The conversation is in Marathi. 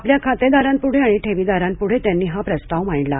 आपल्या खतेदारांपुढे आणि ठेवीदारांपूढे त्यांनी हा प्रस्ताव मांडला